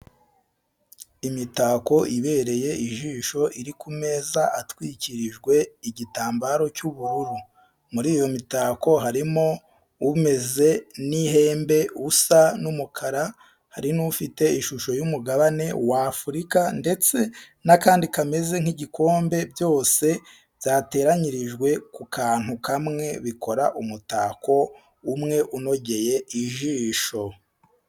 Imitako ibereye ijisho iri ku meza atwikirijwe igitambaro cy'ubururu, muri iyo mitako harimo umeze n'ihembe usa n'umukara, hari n'ufite ishusho y'umugabane w'Afurika ndetse n'akandi kameze nk'igikombe byose byateranyirijwe ku kantu kamwe bikora umutako umwe unogeye ijisho.